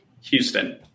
Houston